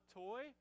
toy